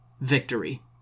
Victory